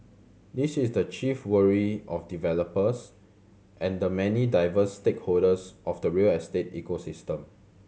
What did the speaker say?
this is the chief worry of developers and the many diverse stakeholders of the real estate ecosystem